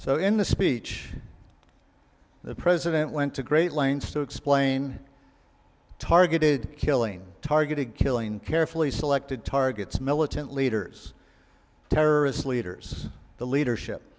so in the speech the president went to great lengths to explain targeted killing targeted killing carefully selected targets militant leaders terrorist leaders the leadership